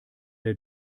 der